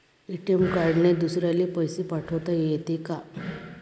ATM कार्डने दुसऱ्याले पैसे पाठोता येते का?